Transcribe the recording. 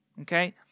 okay